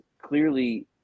clearly